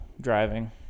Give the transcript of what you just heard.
Driving